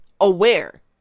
aware